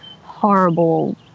horrible